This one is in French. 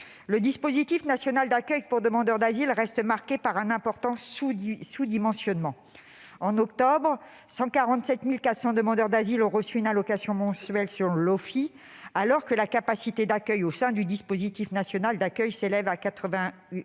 le dispositif national d'accueil pour demandeurs d'asile reste marqué par un important sous-dimensionnement. En octobre, selon l'OFII, 147 400 demandeurs d'asile ont reçu une allocation mensuelle, alors que la capacité d'accueil au sein du dispositif national d'accueil s'élève à 81